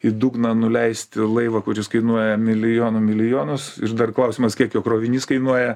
į dugną nuleisti laivą kuris kainuoja milijonų milijonus ir dar klausimas kiek jo krovinys kainuoja